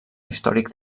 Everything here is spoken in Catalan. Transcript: històric